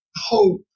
hope